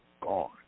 gone